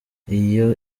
iyo